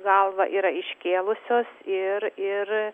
galvą yra iškėlusios ir ir